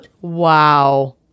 Wow